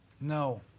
no